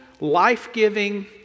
life-giving